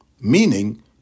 meaning